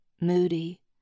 Moody